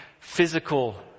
physical